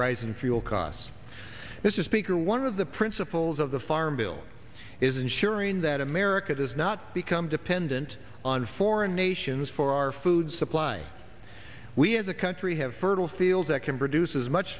rising fuel costs this is speaker why one of the principles of the farm bill is ensuring that america does not become dependent on foreign nations for our food supply we as a country have fertile field that can produce as much